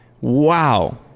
Wow